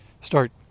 start